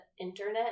internet